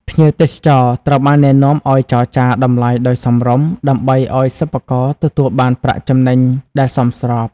ភ្ញៀវទេសចរត្រូវបានណែនាំឱ្យចរចារ តម្លៃដោយសមរម្យ ដើម្បីឱ្យសិប្បករទទួលបានប្រាក់ចំណេញដែលសមស្រប។